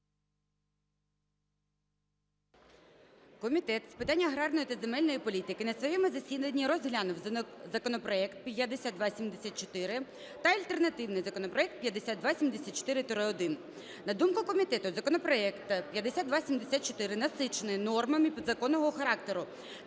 Комітет з питань аграрної та земельної політики на своєму засіданні розглянув законопроект 5274 та альтернативний законопроект 5274-1. На думку комітету, законопроект 5274 насичений нормами підзаконного характеру